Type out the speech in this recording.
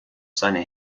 seine